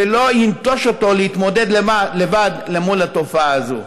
ולא ינטוש אותו להתמודד לבד אל מול התופעה הזו.